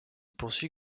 poursuit